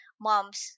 moms